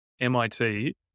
MIT